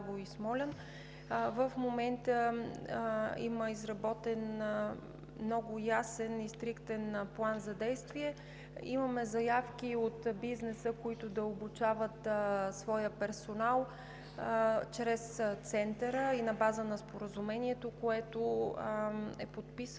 В момента има изработен много ясен и стриктен план за действие. Имаме заявки от бизнеса, които да обучават своя персонал чрез Центъра и на база на Споразумението, което е подписано,